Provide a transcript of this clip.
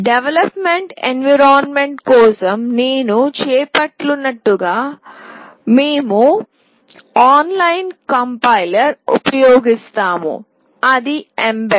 development environment కోసం నేను చెప్పినట్లుగా మేము ఆన్లైన్ కంపైలర్ ను ఉపయోగిస్తాము అది ఎంబెడ్